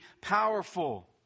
powerful